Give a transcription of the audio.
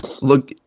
look